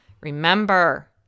remember